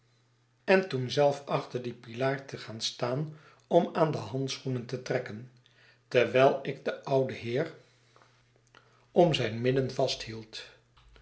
en toen zelf achter dien pilaar te gaan staan om aan de handschoenen te trekken terwijl ik den ouden heer om zijn midden vasthield